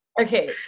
Okay